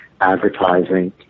advertising